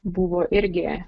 buvo irgi